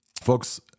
Folks